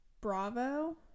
bravo